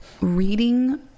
reading